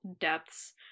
depths